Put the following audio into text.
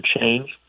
change